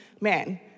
man